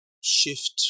shift